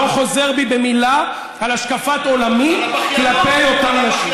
לא חוזר בי במילה על השקפת עולמי כלפי אותן נשים.